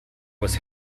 was